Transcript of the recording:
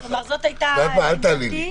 זאת הייתה הדרישה